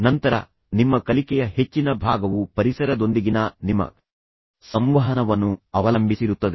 ನಂತರ ನಿಮ್ಮ ಕಲಿಕೆಯ ಹೆಚ್ಚಿನ ಭಾಗವು ಪರಿಸರದೊಂದಿಗಿನ ನಿಮ್ಮ ಸಂವಹನವನ್ನು ಅವಲಂಬಿಸಿರುತ್ತದೆ